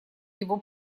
его